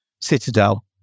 Citadel